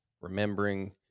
remembering